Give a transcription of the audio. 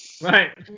Right